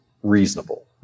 Reasonable